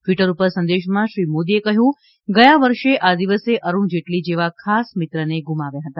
Twitter પર સંદેશમાં શ્રી મોદીએ કહ્યું કે ગયા વર્ષે આ દિવસે અરુણ જેટલી જેવા ખાસ મિત્રને ગુમાવ્યા હતા